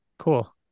cool